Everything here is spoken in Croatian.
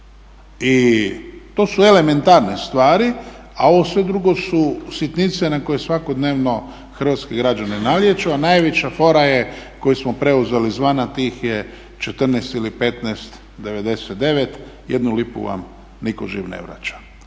I to su elementarne stvari, a ovo sve drugo su sitnice na koje svakodnevno hrvatski građani nalijeću, a najviša fora je koju smo preuzeli izvana tih je 14 ili 15,99, jednu lipu vam nitko živ ne vraća.